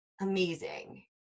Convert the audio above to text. amazing